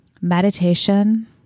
meditation